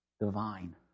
divine